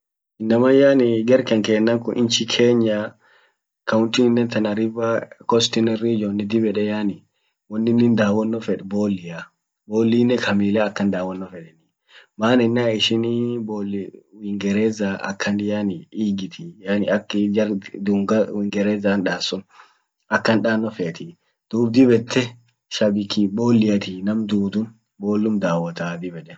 Innaman yani gar kankena kun nchi kenya countinen tana river coast region dib yede yani wonnin dawonno fed bollia. bollinen ka Mila akan dawonno fedeni man yenan ishinii ball uingereza akan yani igiti yani aki jar dunga uingereza daat sun akan danno feeti duub dib yette shabiki bolliati nam tuutun ballum dawotaa dib yede.